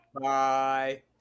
Bye